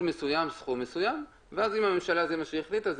מסוים סכום מסוים ואז אם זה מה שהממשלה החליטה,